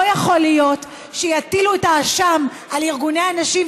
לא יכול להיות שיטילו את האשם על ארגוני הנשים,